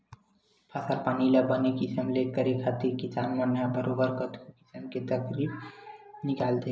फसल पानी ल बने किसम ले करे खातिर किसान मन ह बरोबर कतको किसम के तरकीब निकालथे